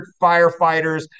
firefighters